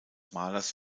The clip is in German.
malers